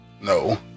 No